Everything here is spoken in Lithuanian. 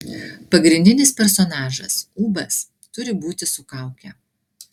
pagrindinis personažas ūbas turi būti su kauke